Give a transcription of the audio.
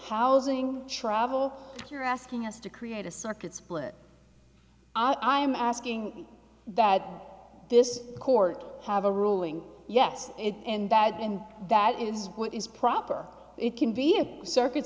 housing travel you're asking us to create a circuit split i am asking that this court have a ruling yet in that and that is what is proper it can be a circuit